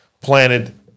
planted